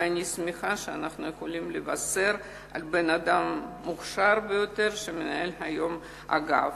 ואני שמחה שאנחנו יכולים לבשר על אדם מוכשר ביותר שמנהל היום אגף.